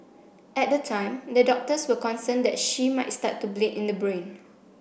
at the time the doctors were concerned that she might start to bleed in the brain